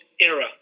era